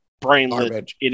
brainless